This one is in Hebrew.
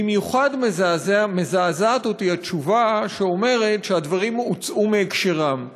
במיוחד מזעזעת אותי התשובה שאומרת שהדברים הוצאו מהקשרם.